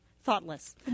Thoughtless